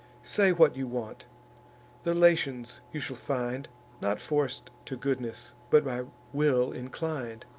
say what you want the latians you shall find not forc'd to goodness, but by will inclin'd